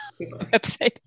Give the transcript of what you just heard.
website